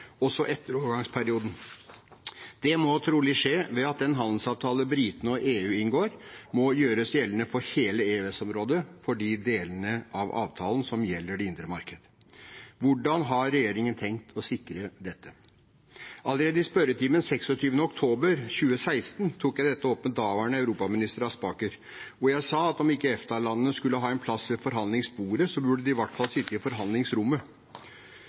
også etter overgangsperioden. Det må trolig skje ved at den handelsavtalen britene og EU inngår, må gjøres gjeldende for hele EØS-området for de delene av avtalen som gjelder det indre marked. Hvordan har regjeringen tenkt å sikre dette? Allerede i spørretimen 26. oktober 2016 tok jeg dette opp med daværende europaminister Vik Aspaker, hvor jeg sa at om ikke EFTA-landene skal ha en plass ved forhandlingsbordet, så burde de i hvert fall sitte i forhandlingsrommet.